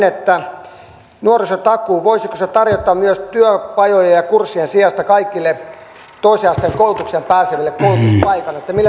voisiko nuorisotakuu tarjota työpajojen ja kurssien sijasta kaikille toisen asteen koulutukseen pääseville koulutuspaikan